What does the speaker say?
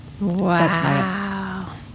Wow